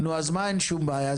אז מה אין שום בעיה?